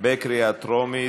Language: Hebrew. בקהילה הבין-לאומית.